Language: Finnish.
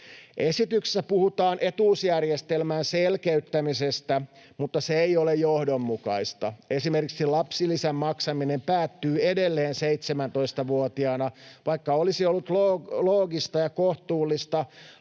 Esityksessä puhutaan etuusjärjestelmän selkeyttämisestä, mutta se ei ole johdonmukaista. Esimerkiksi lapsilisän maksaminen päättyy edelleen 17-vuotiaana, vaikka olisi ollut loogista ja kohtuullista laajentaa